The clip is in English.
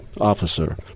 officer